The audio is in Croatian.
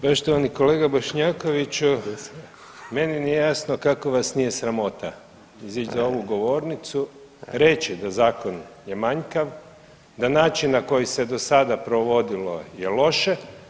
Poštovani kolega Bošnjakoviću, meni nije jasno kako vas nije sramota izići za ovu govornicu reći da zakon je manjkav, da način na koji se do sada provodilo je loše.